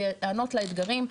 לענות לאתגרים.